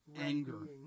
Anger